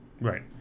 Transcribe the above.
right